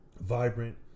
vibrant